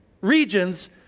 regions